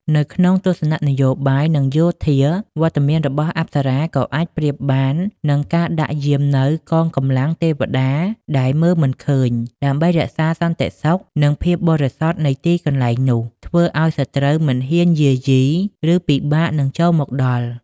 នៅក្នុងទស្សនៈនយោបាយ និងយោធា វត្តមានរបស់អប្សរាក៏អាចប្រៀបបាននឹងការដាក់យាមនូវ កងកម្លាំងទេវតា ដែលមើលមិនឃើញ ដើម្បីរក្សាសន្តិសុខ និងភាពបរិសុទ្ធនៃទីកន្លែងនោះ ធ្វើឲ្យសត្រូវមិនហ៊ានយាយី ឬពិបាកនឹងចូលមកដល់។